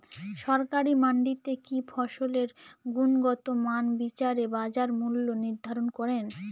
সরকারি মান্ডিতে কি ফসলের গুনগতমান বিচারে বাজার মূল্য নির্ধারণ করেন?